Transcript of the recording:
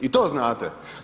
I to znate.